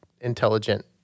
intelligent